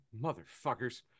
motherfuckers